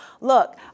look